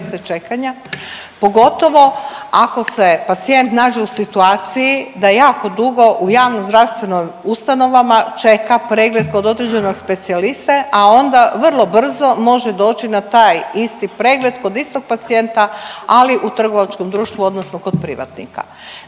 pogotovo ako se pacijent nađe u situaciji da jako dugo u javnozdravstvenim ustanovama čeka pregled kod određenog specijaliste, a onda vrlo brzo može doći na taj isti pregled kod istog pacijenta ali u trgovačkom društvu odnosno kod privatnika.